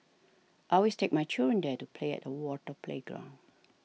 I always take my children there to play at the water playground